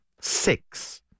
six